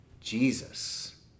Jesus